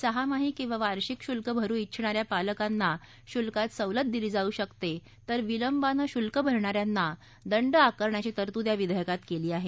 सहामाही किंवा वार्षिक शुल्क भरू टिछणाऱ्या पालकांना शुल्कात सवलत दिली जाऊ शकते तर विलंबानं शुल्क भरणाऱ्यांना दंड आकारण्याची तरतूद या विधेयकात केली आहे